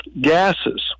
gases